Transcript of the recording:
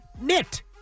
Knit